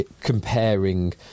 comparing